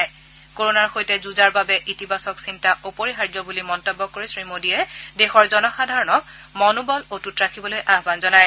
ক'ৰণাৰ সৈতে যুঁজাৰ বাবে ইতিবাচক চিন্তা অপৰিহাৰ্য বুলি মন্তব্য কৰি শ্ৰীমোদীয়ে দেশৰ জনসাধাৰণক মনোবল অটুট ৰাখিবলৈ আহান জনায়